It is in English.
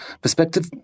perspective